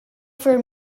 for